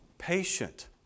Patient